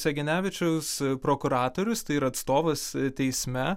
segenevičiaus prokuratorius ir atstovas teisme